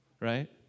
right